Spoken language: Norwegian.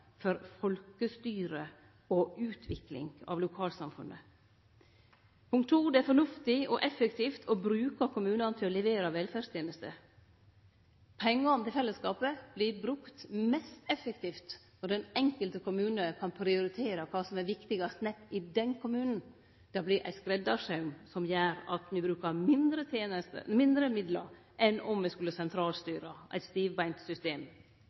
for folkestyre og utvikling av lokalsamfunnet. Det er fornuftig og effektivt å bruke kommunane til å levere velferdstenester. Pengane til fellesskapet vert brukte mest effektivt om den enkelte kommune kan prioritere kva som er viktigast nett i den kommunen. Det blir ein skreddarsaum som gjer at me brukar mindre tenester og mindre midlar enn om me skulle sentralstyre eit